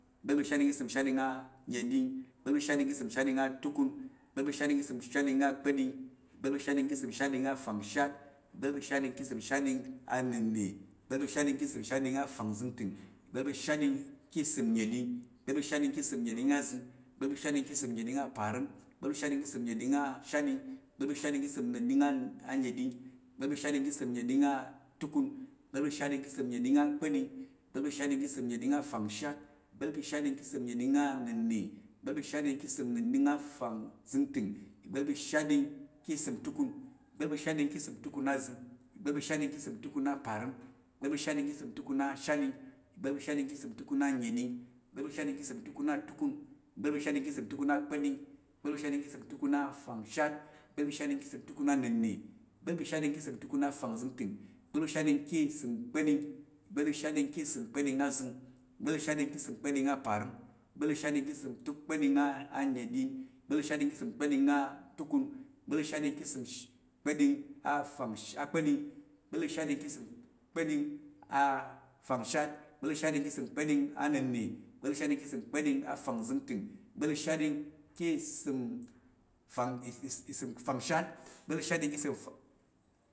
Ìgba̱l pa̱ ìshatɗing ka̱ ìsəm shatɗing anəɗing. ìgba̱l pa̱ ìshatɗing ka̱ ìsəm shatɗing atukun. ìgba̱l pa̱ ìshatɗing ka̱ ìsəm shatɗing akpa̱ɗing. ìgba̱l pa̱ ìshatɗing ka̱ ìsəm shatɗing afangshat. ìgba̱l pa̱ ìshatɗing ka̱ ìsəm shatɗing anənna̱. ìgba̱l pa̱ ìshatɗing ka̱ ìsəm shatɗing afangzəngtəng. ìgba̱l pa̱ ìshatɗing ka̱ ìsəm nnəɗing. ìgba̱l pa̱ ìshatɗing ka̱ ìsəm nnəɗing azəng. ìgba̱l pa̱ ìshatɗing ka̱ ìsəm nnəɗing aparəm. ìgba̱l pa̱ ìshatɗing ka̱ ìsəm nnəɗing ashatɗing. ìgba̱l pa̱ ìshatɗing ka̱ ìsəm nnəɗing anəɗing. ìgba̱l pa̱ ìshatɗing ka̱ ìsəm nnəɗing atukun. ìgba̱l pa̱ ìshatɗing ka̱ ìsəm nnəɗing akpa̱ɗing. ìgba̱l pa̱ ìshatɗing ka̱ ìsəm nnəɗing afangshat. ìgba̱l pa̱ ìshatɗing ka̱ ìsəm nnəɗing anənna̱. ìgba̱l pa̱ ìshatɗing ka̱ ìsəm nnəɗing afangzəngtəng. ìgba̱l pa̱ ìshatɗing ka̱ ìsəm itukun. ìgba̱l pa̱ ìshatɗing ka̱ ìsəm itukun azəng. ìgba̱l pa̱ ìshatɗing ka̱ ìsəm itukun aparəm. ìgba̱l pa̱ ìshatɗing ka̱ ìsəm itukun ashatɗing. ìgba̱l pa̱ ìshatɗing ka̱ ìsəm itukun anəɗing. ìgba̱l pa̱ ìshatɗing ka̱ ìsəm itukun atukun. ìgba̱l pa̱ ìshatɗing ka̱ ìsəm itukun akpa̱ɗing. ìgba̱l pa̱ ìshatɗing ka̱ ìsəm itukun afangshat. ìgba̱l pa̱ ìshatɗing ka̱ ìsəm itukun ana̱nna̱. ìgba̱l pa̱ ìshatɗing ka̱ ìsəm itukun afangzəngtəng. ìgba̱l pa̱ ìshatɗing ka̱ ìsəm kpa̱ɗing. ìgba̱l pa̱ ìshatɗing ka̱ ìsəm kpaɗ̱ing azəng. ìgba̱l pa̱ ìshatɗing ka̱ ìsəm kpa̱ɗing aparəm. ìgba̱l pa̱ ìshatɗing ka̱ ìsəm kpa̱ɗing ashatɗing. ìgba̱l pa̱ ìshatɗing ka̱ ìsəm kpa̱ɗing anəɗing. ìgba̱l pa̱ ìshatɗing ka̱ ìsəm kpa̱ɗing atukun. ìgba̱l pa̱ ìshatɗing ka̱ ìsəm kpa̱ɗing akpa̱ɗing. ìgba̱l pa̱ ìshatɗing ka̱ ìsəm kpa̱ɗing afangshat. ìgba̱l pa̱ ìshatɗing ka̱ ìsəm kpa̱ɗing anənna̱. ìgba̱l pa̱ ìshatɗing ka̱ ìsəm kpa̱ɗing afangzəngtəng. ìgba̱l pa̱ ìshatɗing ka̱ ìsəm fangshat